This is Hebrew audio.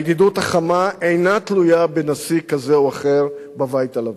הידידות החמה אינה תלויה בנשיא כזה או אחר בבית הלבן,